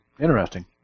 Interesting